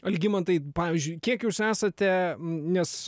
algimantai pavyzdžiui kiek jūs esate nes